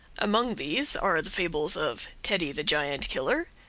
among these are the fables of teddy the giant killer,